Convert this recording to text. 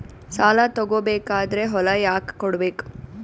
ಸಾಲ ತಗೋ ಬೇಕಾದ್ರೆ ಹೊಲ ಯಾಕ ಕೊಡಬೇಕು?